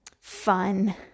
fun